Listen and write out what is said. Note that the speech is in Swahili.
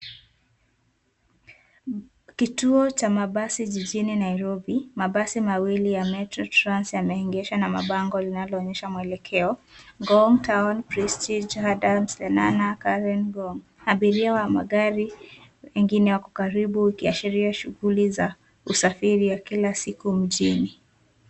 Kituo cha mabasi jijini Nairobi. Mabasi mawili ya metrotrans yameegeshwa na mabango linaloonyesha mwelekeo Ngong town, Presitge, Hideout, Lenana, Karen, Ngong . Abiria wa magari wengine wako karibu ukiashiria shughuli za usafiri ya kila siku mjini.